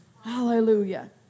Hallelujah